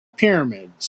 pyramids